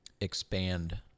expand